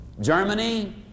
Germany